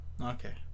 okay